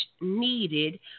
needed